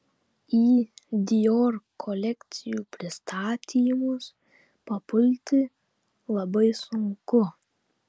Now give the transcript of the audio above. į dior kolekcijų pristatymus papulti labai sunku